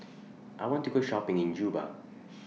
I want to Go Shopping in Juba